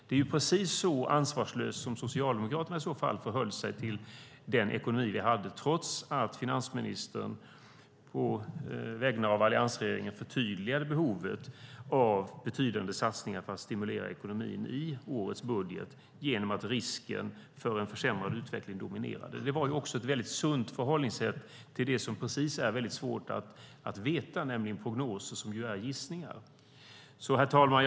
Det är precis så ansvarslösa som Socialdemokraterna förhöll sig till den ekonomi som vi hade, trots att finansministern på alliansregeringens vägnar förtydligade behovet av betydande satsningar på att stimulera ekonomin i årets budget, eftersom risken för en försämrad utveckling dominerade. Det var ett väldigt sunt förhållningssätt till det som är väldigt svårt att veta, nämligen prognoser som är gissningar. Herr talman!